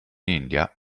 india